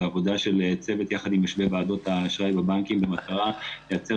אלא עבודה של צוות יחד עם יושבי ועדות האשראי בבנקים במטרה לייצר